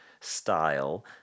style